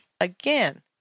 again